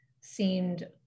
seemed